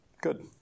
Good